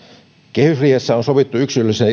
kehysriihessä on sovittu yksilöllisen